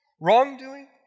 wrongdoing